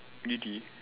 really